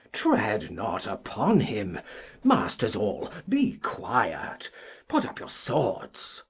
tread not upon him masters all, be quiet put up your swords.